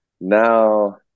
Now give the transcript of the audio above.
now